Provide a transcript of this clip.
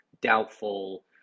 doubtful